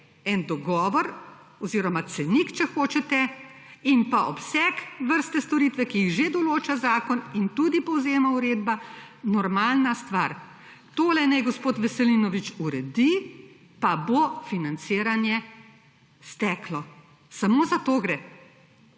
en dogovor oziroma cenik, če hočete in pa obseg vrste storitve, ki jih že določa zakon in tudi povzema uredba, normalna stvar. Tole naj gospod Veselinovič uredi, pa bo financiranje steklo. Samo za to gre.